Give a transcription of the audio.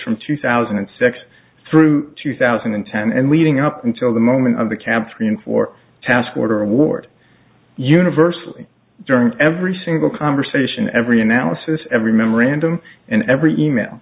from two thousand and six through two thousand and ten and leading up until the moment of the camp three and four task order award universally during every single conversation every analysis every memorandum and every e mail